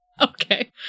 Okay